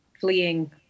fleeing